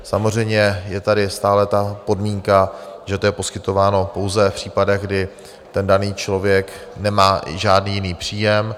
Samozřejmě je tady stále ta podmínka, že to je poskytováno pouze v případech, kdy ten daný člověk nemá žádný jiný příjem.